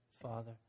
Father